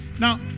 Now